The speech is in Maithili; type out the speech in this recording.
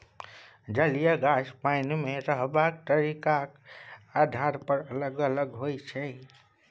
जलीय गाछ पानि मे रहबाक तरीकाक आधार पर अलग अलग होइ छै